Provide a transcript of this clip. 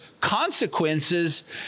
consequences